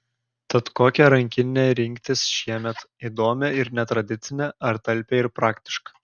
tad kokią rankinę rinktis šiemet įdomią ir netradicinę ar talpią ir praktišką